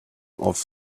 off